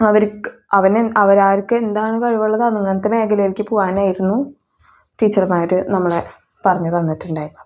അവർക്ക് അവൻ അവരവർക്ക് എന്താണ് കഴിവുള്ളത് അങ്ങനത്തെ മേഖലയിലേക്ക് പോവാനായിരുന്നു ടീച്ചർമാർ നമ്മളെ പറഞ്ഞ് തന്നിട്ടുണ്ടായിരുന്നത്